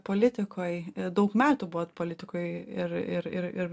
politikoj daug metų buvot politikoj ir ir ir ir